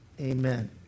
Amen